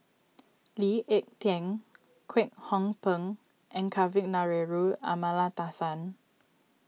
Lee Ek Tieng Kwek Hong Png and Kavignareru Amallathasan